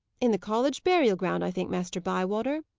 in the college burial-ground, i think, master bywater.